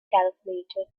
calculator